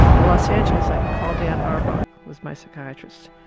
in los angeles, i can call dan arbuck, who's my psychiatrist.